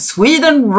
Sweden